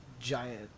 giant